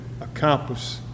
accomplish